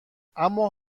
اما